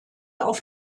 auf